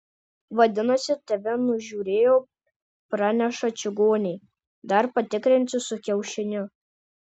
vadinasi tave nužiūrėjo praneša čigonė dar patikrinsiu su kiaušiniu